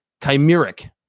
chimeric